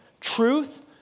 truth